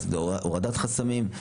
הורדת חסמים.